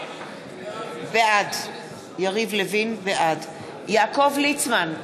בעד יעקב ליצמן,